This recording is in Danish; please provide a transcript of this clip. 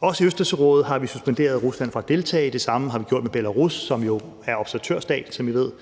Også i Østersørådet har vi suspenderet Rusland fra at deltage, det samme har vi gjort med Belarus, som jo er observatørstat, som I ved.